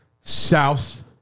South